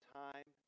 time